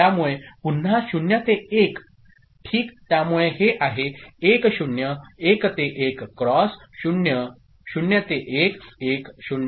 त्यामुळेपुन्हा0ते1 ठीकत्यामुळेहेआहे101ते1क्रॉस 00 ते 1 1 0